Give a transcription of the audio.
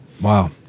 Wow